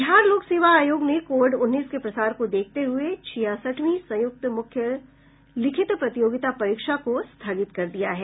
बिहार लोक सेवा आयोग ने कोविड उन्नीस के प्रसार को देखते हए छियासठवीं संयुक्त मुख्य लिखित प्रतियोगिता परीक्षा को स्थगित कर दिया है